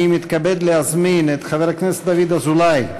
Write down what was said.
אני מתכבד להזמין את חבר הכנסת דוד אזולאי.